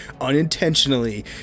unintentionally